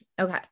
Okay